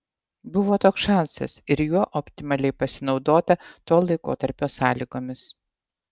buvo toks šansas ir juo optimaliai pasinaudota to laikotarpio sąlygomis